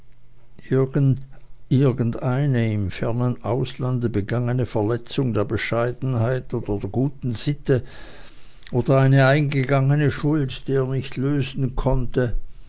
irgendeine im fernen auslande begangene verletzung der bescheidenheit oder guten sitte oder eine eingegangene schuld die er nicht lösen konnte